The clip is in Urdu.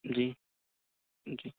جی جی